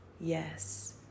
yes